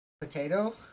potato